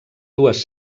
dues